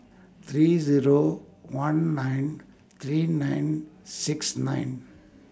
three Zero one nine three nine six nine